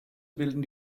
bilden